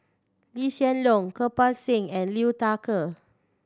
Lee Hsien Loong Kirpal Singh and Liu Thai Ker